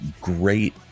great